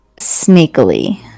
sneakily